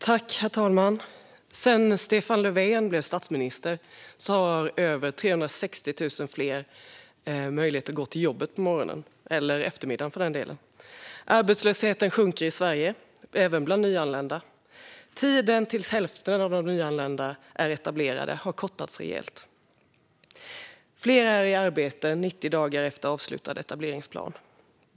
Herr talman! Sedan Stefan Löfven blev statsminister har över 360 000 fler möjlighet att gå till jobbet på morgonen, eller för delen på eftermiddagen. Arbetslösheten sjunker i Sverige även bland nyanlända. Tiden till dess att hälften av de nyanlända är etablerade har kortats rejält. Fler är i arbete 90 dagar efter avslutad etableringsplan.